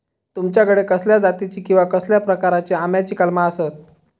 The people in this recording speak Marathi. तुमच्याकडे कसल्या जातीची किवा कसल्या प्रकाराची आम्याची कलमा आसत?